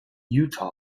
utah